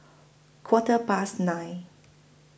Quarter Past nine